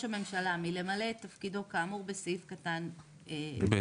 הממשלה מלמלא את תפקידו כאמור בסעיף קטן ב',